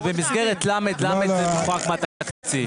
זה במסגרת ל', ל' זה מופרד מהתקציב.